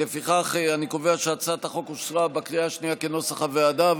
לפיכך אני קובע שהצעת החוק אושרה בקריאה השנייה כנוסח הוועדה.